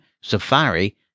safari